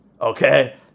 okay